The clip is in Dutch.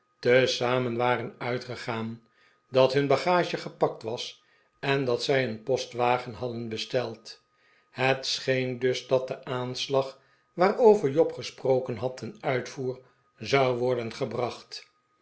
tezamen waren uitgegaan dat hun bagage gepakt was en dat zij een postwagen hadden besteld het scheen dus dat de aanslag waarover job gesproken had ten uitvoer zou worden gebracht